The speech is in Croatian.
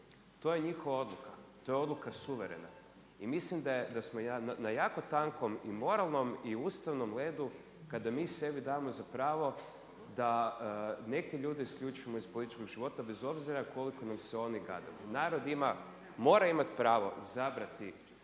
to je njihova odluka, ta je odluka suverena. I mislim da smo na jako tankom i moralnom i ustavnom ledu kada mi sebi damo za pravo da neke ljude isključimo iz političkog života bez obzira koliko nam se oni gade. Narod ima, mora imati pravo izabrati